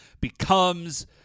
becomes